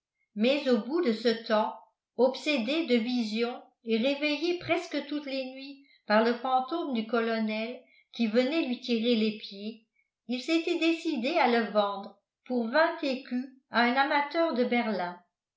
mais au bout de ce temps obsédé de visions et réveillé presque toutes les nuits par le fantôme du colonel qui venait lui tirer les pieds il s'était décidé à le vendre pour vingt écus à un amateur de berlin